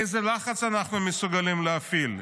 איזה לחץ אנחנו מסוגלים להפעיל?